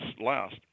last